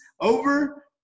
over